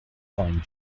find